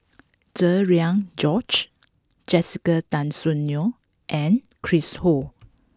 Cherian George Jessica Tan Soon Neo and Chris Ho